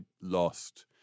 lost